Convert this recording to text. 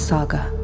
Saga